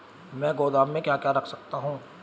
मैं गोदाम में क्या क्या रख सकता हूँ?